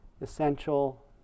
essential